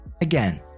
Again